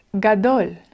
Gadol